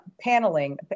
paneling